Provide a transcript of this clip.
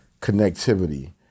connectivity